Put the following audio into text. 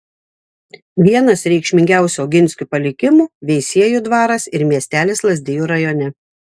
vienas reikšmingiausių oginskių palikimų veisiejų dvaras ir miestelis lazdijų rajone